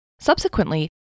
Subsequently